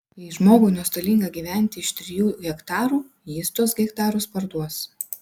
jei žmogui nuostolinga gyventi iš trijų hektarų jis tuos hektarus parduos